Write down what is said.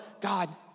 God